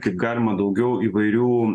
kaip galima daugiau įvairių